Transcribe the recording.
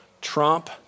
Trump